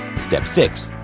step six.